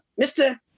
Mr